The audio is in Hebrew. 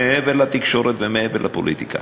מעבר לתקשורת ומעבר לפוליטיקה,